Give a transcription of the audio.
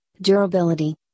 durability